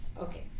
Okay